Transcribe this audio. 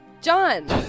John